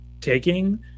taking